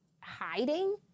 hiding